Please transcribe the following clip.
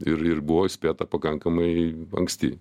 ir ir buvo įspėta pakankamai anksti